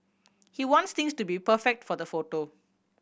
he wants things to be perfect for the photo